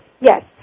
Yes